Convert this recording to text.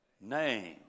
name